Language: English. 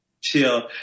chill